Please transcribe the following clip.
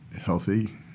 healthy